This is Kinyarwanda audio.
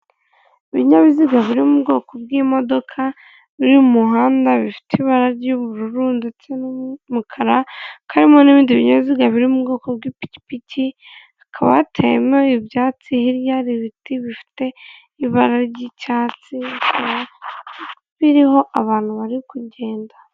Ibinyabiziga biri mu bwoko bw'imodoka biri mu muhanda bifite ibara ry'ubururu ndetse n'umukara, karimo n'ibindi binyaziga biri mu bwoko bw'ipiki hakaba hateyeme ibyatsi hirya hari ibiti bifite ibara ry'icyatsi biriho abantu bari kugenda.